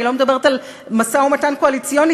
אני לא מדברת על משא-ומתן קואליציוני.